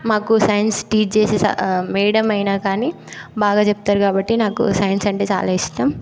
మాకు science teach చేసే madam అయినా కానీ బాగా చెప్తారు కాబట్టి నాకు సైన్స్ అంటే చాలా ఇష్టం